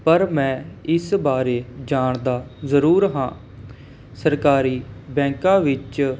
ਪਰ ਮੈਂ ਇਸ ਬਾਰੇ ਜਾਣਦਾ ਜ਼ਰੂਰ ਹਾਂ ਸਰਕਾਰੀ ਬੈਂਕਾਂ ਵਿੱਚ